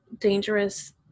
dangerous